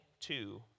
two